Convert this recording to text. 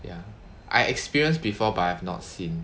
ya I experienced before but I have not seen